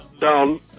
down